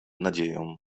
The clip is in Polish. nadzieją